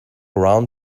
round